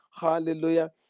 hallelujah